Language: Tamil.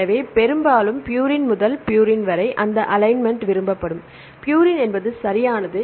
மாணவர் பெரும்பாலும் பியூரின் முதல் ப்யூரின் வரை அந்த அலைன்மென்ட் விரும்பப்படும் ப்யூரின் சரியானது